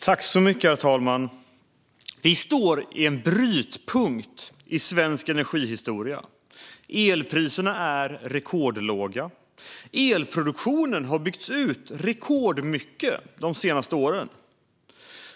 Herr talman! Vi står i en brytpunkt i svensk energihistoria. Elpriserna är rekordlåga. Elproduktionen har byggts ut rekordmycket de senaste åren.